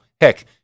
Heck